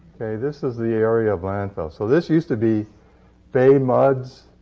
okay, this is the area of landfill. so this used to be bay muds,